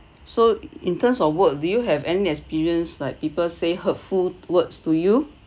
so in terms of work do you have any experience like people say hurtful words to you